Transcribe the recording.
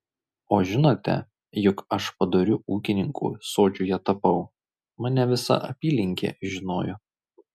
o žinote juk aš padoriu ūkininku sodžiuje tapau mane visa apylinkė žinojo